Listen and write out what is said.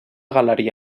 galeria